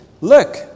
look